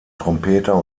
trompeter